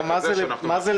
מה הכוונה במילה